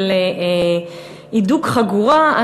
של הידוק חגורה,